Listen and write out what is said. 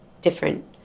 different